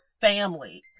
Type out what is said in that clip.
family